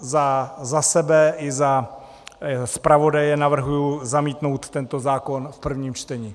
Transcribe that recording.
Já za sebe i za zpravodaje navrhuji zamítnout tento zákon v prvním čtení.